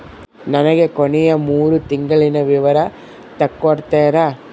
ನನಗ ಕೊನೆಯ ಮೂರು ತಿಂಗಳಿನ ವಿವರ ತಕ್ಕೊಡ್ತೇರಾ?